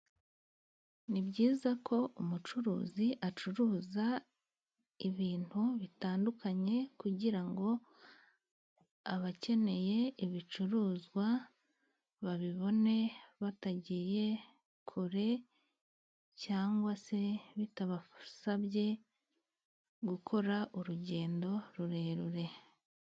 Ni byiza ko umucuruzi acuruza ibintu bitandukanye kugira ngo abakeneye ibicuruzwa babibone batagiye kure cyangwa se bitabasabye gukora urugendo rurerure.